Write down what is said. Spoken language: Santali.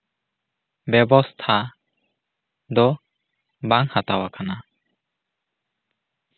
ᱵᱮᱵᱚᱥᱛᱷᱟ ᱫᱚ ᱵᱟᱝ ᱦᱟᱛᱟᱣ ᱟᱠᱟᱱᱟ